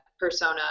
persona